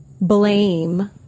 blame